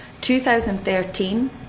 2013